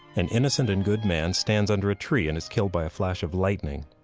an innocent and good man stands under a tree and is killed by a flash of lightning.